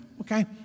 okay